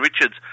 Richards